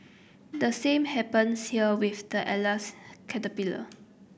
the same happens here with the Atlas caterpillar